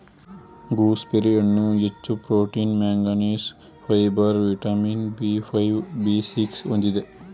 gooseberry ಹಣ್ಣು ಹೆಚ್ಚು protein manganese, fibre vitamin B five, B six ಹೊಂದಿದೆ